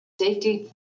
Safety